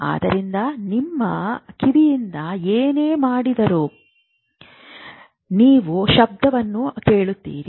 ಆದ್ದರಿಂದ ನಿಮ್ಮ ಕಿವಿಯಿಂದ ಏನೇ ಮಾಡಿದರೂ ನೀವು ಶಬ್ದವನ್ನು ಕೇಳುತ್ತೀರಿ